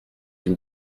une